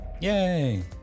Yay